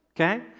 Okay